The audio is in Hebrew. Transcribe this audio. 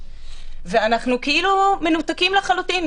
ואנחנו כאילו מנותקים לחלוטין.